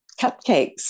cupcakes